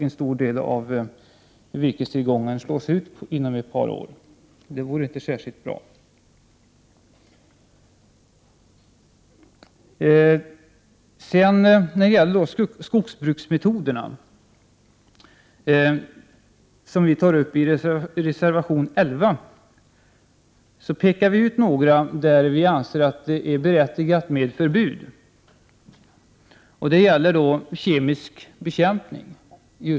En stor del av virkestillgången går förlorad inom loppet av ett par år, och det skulle inte vara särskilt bra. Reservation 11 av miljöpartiet handlar om skogsbruksmetoderna. Vi pekar på några områden där vi anser att det är berättigat med förbud. Det gäller då kemisk bekämpning.